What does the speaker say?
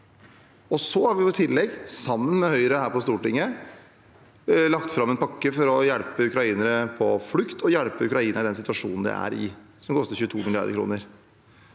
Så har vi i tillegg, sammen med Høyre her på Stortinget, lagt fram en pakke for å hjelpe ukrainere på flukt og hjelpe Ukraina i den situasjonen de er i, noe som koster 22 mrd. kr.